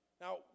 Now